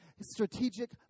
strategic